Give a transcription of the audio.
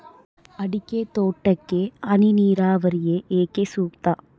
ಅಡಿಕೆ ತೋಟಕ್ಕೆ ಹನಿ ನೇರಾವರಿಯೇ ಏಕೆ ಸೂಕ್ತ?